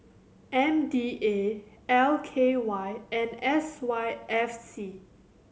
M D A L K Y and S Y F C